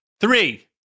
Three